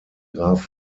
graf